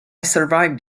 survived